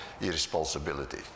irresponsibility